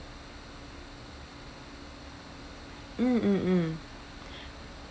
mm mm mm